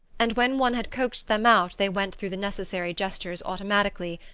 and when one had coaxed them out they went through the necessary gestures automatically,